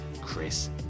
Chris